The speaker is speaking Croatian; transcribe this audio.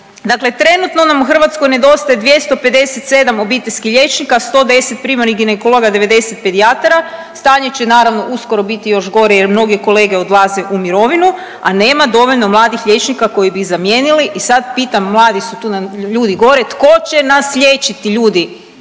Dakle, trenutno nam u Hrvatskoj nedostaje 257 obiteljskih liječnika, 110 primarnih ginekologa, 90 pedijatara stanje će naravno uskoro biti još gore jer mnoge kolege odlaze u mirovinu, a nema dovoljno mladih liječnika koji bi ih zamijenili. I sad pitam, mladi su tu ljudi gore, tko će nas liječiti ljudi,